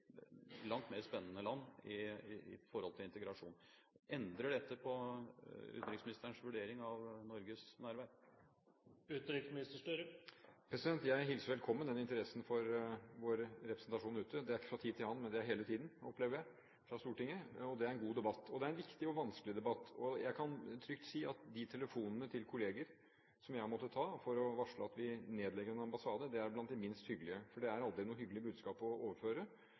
langt mer spennende land i forhold til integrasjon. Endrer dette på utenriksministerens vurdering av Norges nærvær? Jeg hilser velkommen interessen fra Stortinget for vår representasjon ute – ikke fra tid til annen, men hele tiden, opplever jeg. Det er en god debatt, og det er en viktig og vanskelig debatt. Jeg kan trygt si at de telefonene som jeg har måttet ta til kolleger for å varsle at vi nedlegger en ambassade, er blant de minst hyggelige. Det er aldri noe hyggelig budskap å overføre,